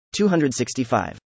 265